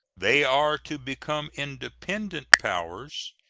they are to become independent powers,